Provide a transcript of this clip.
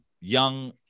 young